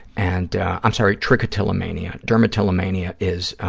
and i'm sorry, trichotillomania. dermatillomania is